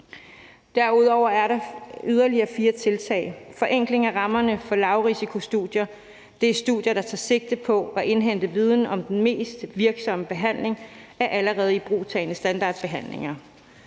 Derudover er der yderligere fire tiltag: forenkling af rammerne for lavrisikostudier, som er studier, der tager sigte på at indhente viden om den mest virksomme behandling af allerede ibrugtagne standardbehandlinger;